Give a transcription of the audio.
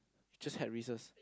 just had Reeses